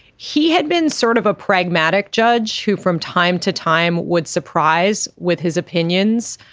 he had been sort of a pragmatic judge who from time to time would surprise with his opinions.